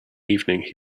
evening